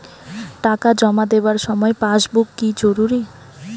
টাকা জমা দেবার সময় পাসবুক কি জরুরি?